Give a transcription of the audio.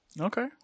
Okay